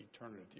eternity